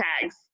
tags